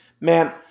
man